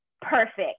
perfect